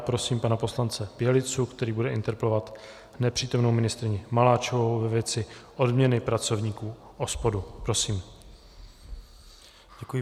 Prosím pana poslance Bělicu, který bude interpelovat nepřítomnou ministryni Maláčovou ve věci odměny pracovníků OSPOD. Děkuji.